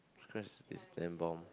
cause is embalmed